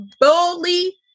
boldly